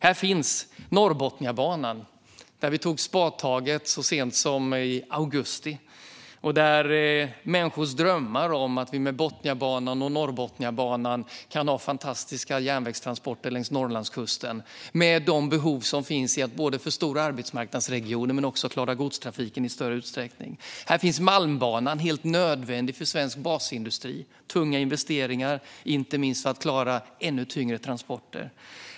Här finns Norrbotniabanan, där vi tog spadtaget så sent som i augusti, och i det människors drömmar om att vi med Botniabanan och Norrbotniabanan kan ha fantastiska järnvägstransporter längs Norrlandskusten - med de behov som finns vad gäller att både förstora arbetsmarknadsregionen och klara godstrafiken i större utsträckning. Här finns Malmbanan, som är helt nödvändig för svensk basindustri. Det är tunga investeringar för att inte minst klara ännu tyngre transporter.